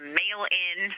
mail-in